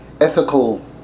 ethical